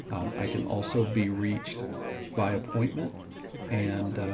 i can also be reached by appointment and,